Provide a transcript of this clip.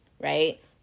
right